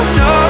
no